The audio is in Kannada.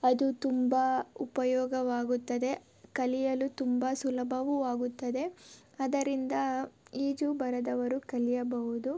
ಅದು ತುಂಬ ಉಪಯೋಗವಾಗುತ್ತದೆ ಕಲಿಯಲು ತುಂಬ ಸುಲಭವು ಆಗುತ್ತದೆ ಅದರಿಂದ ಈಜು ಬರದವರು ಕಲಿಯಬಹುದು